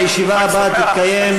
הישיבה הבאה תתקיים,